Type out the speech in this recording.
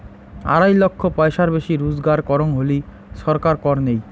আড়াই লক্ষ পয়সার বেশি রুজগার করং হলি ছরকার কর নেই